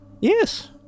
Yes